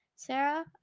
Sarah